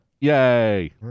Yay